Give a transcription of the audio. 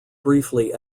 briefly